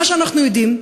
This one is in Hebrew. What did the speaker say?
מה שאנחנו יודעים,